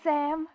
Sam